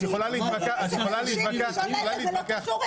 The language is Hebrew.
הצבעה